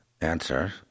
Answer